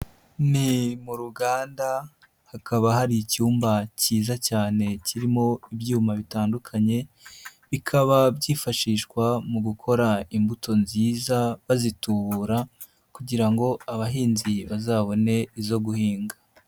Ni mu ruganda hakaba hari icyumba kiza cyane kirimo ibyuma bitandukanye bikaba byifashishwa mu gukora imbuto nziza bazitubura kugira ngo abahinzi bazabone izo guhinga.